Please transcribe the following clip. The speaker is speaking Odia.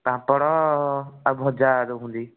ପାମ୍ପଡ଼ ଆଉ ଭଜା ଦେଉଛନ୍ତି